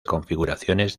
configuraciones